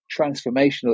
transformational